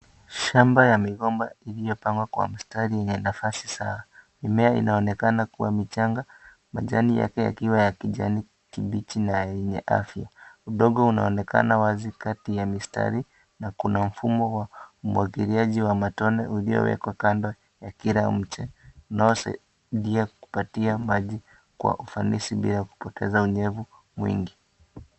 Shamba ya migomba iliyopangwa kwa mstari yenye nafasi sawa. Mimea inaonekana kuwa michanga, majani yake yakiwa ya kijani kibichi na yenye afya. Udongo unaonekana wazi kati ya mistari na kuna mfumo wa umwagiliaji wa matone uliowekwa kando ya kila mche unaosaidia kupatia maji kwa ufanisi bila kupoteza unyevu mwingi.